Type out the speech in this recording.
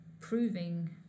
proving